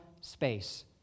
space